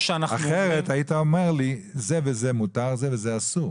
מה שאנחנו אומרים --- אחרת היית אומר לי שזה וזה מותר וזה וזה אסור.